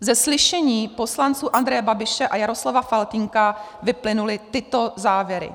Ze slyšení poslanců Andreje Babiše a Jaroslava Faltýnka vyplynuly tyto závěry: